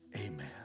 Amen